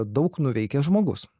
daug nuveikęs žmogus